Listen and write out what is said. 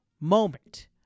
moment